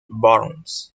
burns